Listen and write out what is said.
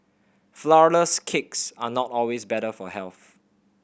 flourless cakes are not always better for health